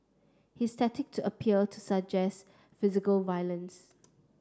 his tactic to appear to suggest physical violence